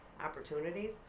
opportunities